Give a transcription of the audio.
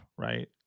Right